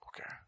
Okay